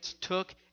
took